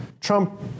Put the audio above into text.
Trump